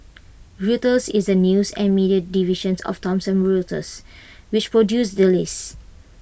Reuters is the news and media division of Thomson Reuters which produced the list